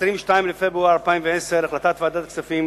22 בפברואר 2010, החלטת ועדת הכספים